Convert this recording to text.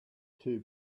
too